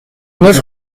neuf